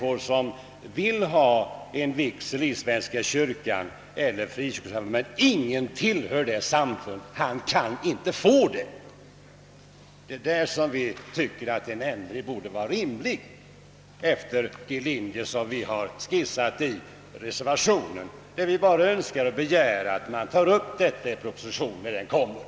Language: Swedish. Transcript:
Två personer som vill ha vigsel i svenska kyrkan eller i en frikyrka kan inte få sådan vigsel, om inte en av kontrahenterna tillhör det aktuella samfundet. Det är på den punkten som vi tycker att det vore rimligt med en ändring efter de linjer vi skisserat i reservationen, där vi endast säger oss önska att frågan skall tas upp i den proposition som väntas.